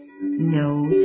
No